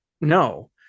no